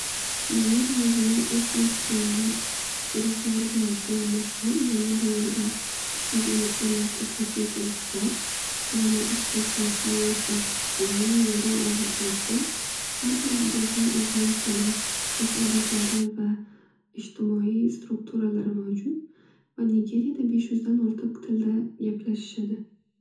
Nigeriya o'zining etnik guruhlari bilan judayam mashhur. Yani bu yerda ikki yuz ellikdan ortiq etnik guruh bor. Ulardan uchtasi housav vlani, yoruba va ibbo. Har bir guruhning urf odatlari va ishtimoiy strukturalari mavjud. Va nigeriyada besh yuzdan ortiq tilda gaplashishadi.